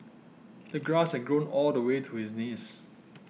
the grass had grown all the way to his knees